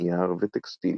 נייר וטקסטיל.